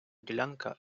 ділянка